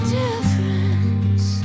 difference